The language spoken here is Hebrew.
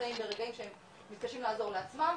שנמצאים ברגעים שהם מתקשים לעזור לעצמם,